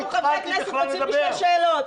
אנחנו חברי כנסת, רוצים לשאול שאלות.